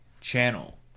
channel